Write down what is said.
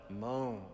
moan